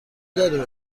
داریم